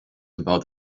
about